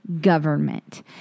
government